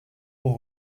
aux